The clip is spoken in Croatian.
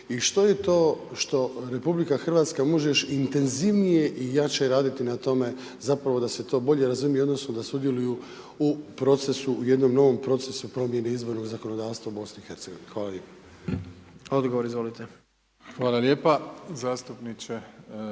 i što je to što RH može još intenzivnije i jače raditi na tome zapravo da se to bolje razumije, odnosno da sudjeluju u procesu u jednom novom procesu, promjeni izbornog zakonodavstva u BiH-a. Hvala lijepa. **Jandroković, Gordan